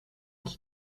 qui